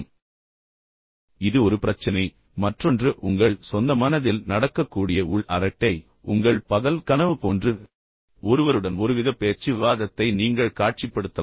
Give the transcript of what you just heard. எனவே இது ஒரு பிரச்சனை மற்றொன்று உங்கள் சொந்த மனதில் நடக்கக்கூடிய உள் அரட்டை உங்கள் பகல் கனவு போன்று ஒருவருடன் ஒருவித பேச்சு விவாதத்தை நீங்கள் காட்சிப்படுத்தலாம்